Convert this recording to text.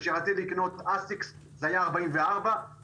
כשרציתי לקנות "אסיקס" זה היה 44 וכשרציתי